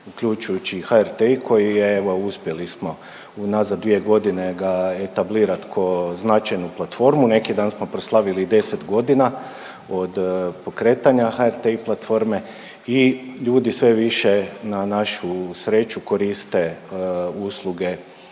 uključujući i HRTi koji je evo uspjeli smo unazad dvije godine ga etablirat ko značajnu platformu. Neki dan smo proslavili 10 godina od pokretanja HRTi platforme i ljudi sve više na našu sreću koriste usluge